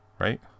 right